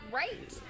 right